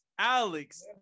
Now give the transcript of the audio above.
Alex